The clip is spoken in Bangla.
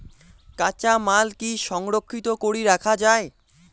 কাঁচামাল কি সংরক্ষিত করি রাখা যায়?